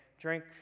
drink